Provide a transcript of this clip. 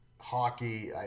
hockey